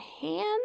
hands